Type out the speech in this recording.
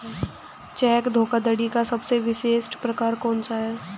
Check धोखाधड़ी का सबसे विशिष्ट प्रकार कौन सा है?